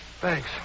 Thanks